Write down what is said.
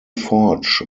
forge